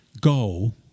go